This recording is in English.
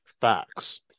facts